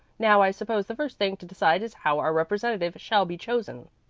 now i suppose the first thing to decide is how our representative shall be chosen.